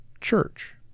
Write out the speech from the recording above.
church